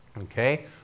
Okay